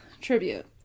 tribute